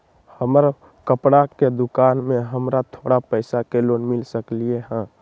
हमर कपड़ा के दुकान है हमरा थोड़ा पैसा के लोन मिल सकलई ह?